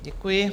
Děkuji.